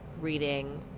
reading